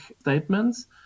statements